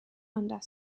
under